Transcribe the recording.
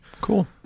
Cool